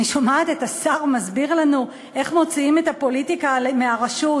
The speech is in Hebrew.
אני שומעת את השר מסביר לנו איך מוציאים את הפוליטיקה מהרשות.